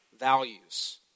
values